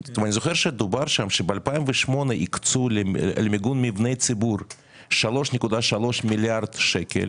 אני זוכר שדובר שם שב-2008 הקצו למיגון מבני ציבור 3.3 מיליארד שקל